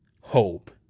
hope